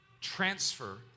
transfer